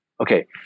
Okay